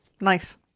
Nice